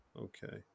okay